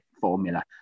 formula